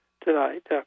tonight